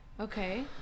Okay